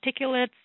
particulates